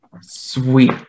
Sweet